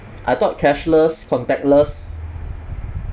I thought cashless contactless